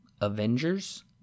Avengers